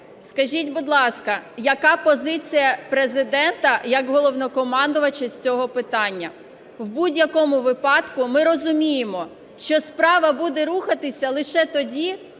скажіть, будь ласка, яка позиція Президента як Головнокомандувача з цього питання? В будь-якому випадку ми розуміємо, що справа буде рухатися лише тоді,